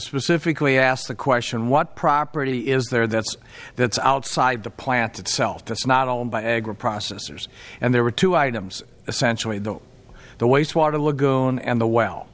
specifically ask the question what property is there that's that's outside the plant itself that's not owned by agriprocessors and there were two items essentially the the wastewater lagoon and the well